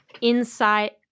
insight